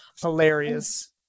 Hilarious